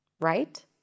right